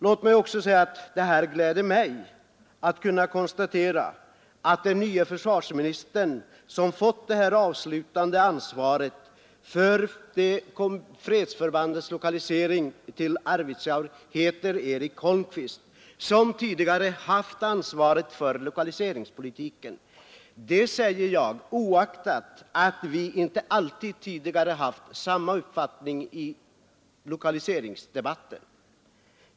Låt mig också säga att det gläder mig att den nya försvarsministern, som fått det avslutande ansvaret för fredsförbandets lokalisering till Arvidsjaur, heter Eric Holmqvist och tidigare haft ansvaret för lokaliseringspolitiken. Det säger jag oaktat att vi tidigare inte alltid haft samma uppfattning vid lokaliseringsdebatter.